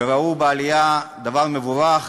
וראו בעלייה דבר מבורך,